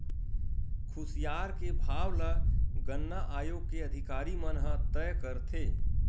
खुसियार के भाव ल गन्ना आयोग के अधिकारी मन ह तय करथे